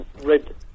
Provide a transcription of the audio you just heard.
red